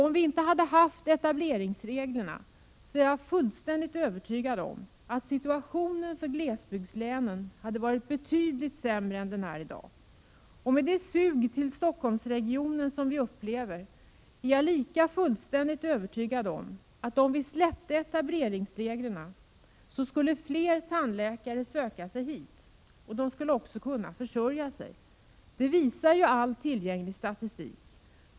Om vi inte hade haft etableringsreglerna hade situationen för glesbygdslänen varit betydligt sämre än den är i dag — det är jag fullständigt övertygad om. Med det sug till Stockholmsregionen som vi upplever är jag lika fullständigt övertygad om att om vi släppte etableringen fri, skulle fler tandläkare söka sig hit och också kunna försörja sig. Det visar ju all tillgänglig statistik.